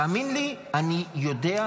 תאמין לי, אני יודע.